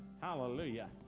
Hallelujah